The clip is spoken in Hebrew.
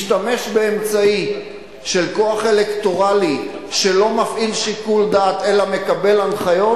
משתמש באמצעי של כוח אלקטורלי שלא מפעיל שיקול דעת אלא מקבל הנחיות,